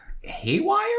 Haywire